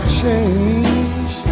change